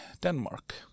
Denmark